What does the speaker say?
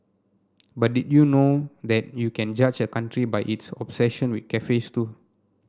but did you know that you can judge a country by its obsession with cafes too